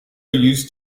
used